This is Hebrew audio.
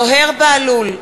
אינו נוכח זוהיר בהלול,